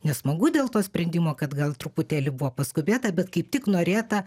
nesmagu dėl to sprendimo kad gal truputėlį buvo paskubėta bet kaip tik norėta